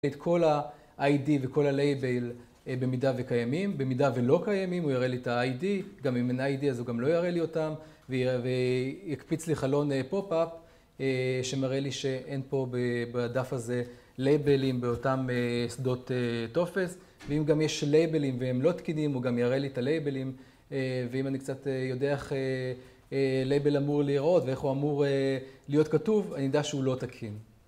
את כל ה-ID וכל ה-Label במידה וקיימים. במידה ולא קיימים, הוא יראה לי את ה-ID, גם אם אין ID אז הוא גם לא יראה לי אותם, ויקפיץ לי חלון Pop-up, שמראה לי שאין פה בדף הזה לייבלים באותם שדות טופס. לפעמים גם יש לייבלים והם לא תקינים, הוא גם יראה לי את הלייבלים, אם אני קצת יודע איך Label אמור להיראות, ואיך הוא אמור להיות כתוב, אני אדע שהוא לא תקין.